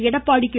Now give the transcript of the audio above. Edappadi K